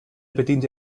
bediente